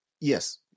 Yes